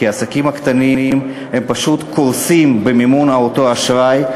כי העסקים הקטנים פשוט קורסים במימון אותו אשראי.